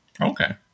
Okay